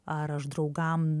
ar aš draugam